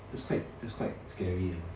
that's quite that's quite scary leh